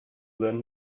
lend